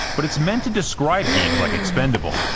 but it's meant to describe games like expendable,